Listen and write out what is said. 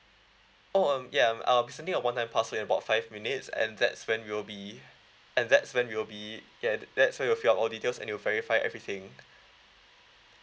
oh um yeah I'll be sending a one time password in about five minutes and that's when you'll be and that's when you will be ya that's when you fill all details and you'll verify everything